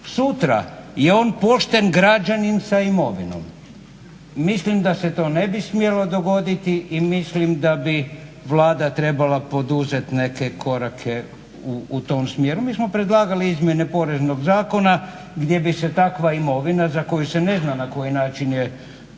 sutra je on pošten građanin sa imovinom. Mislim da se to ne bi smjelo dogoditi i mislim da bi Vlada trebala poduzeti neke korake u tom smjeru. Mi smo predlagali izmjene Poreznog zakona gdje bi se takva imovina za koju se ne zna na koji način je,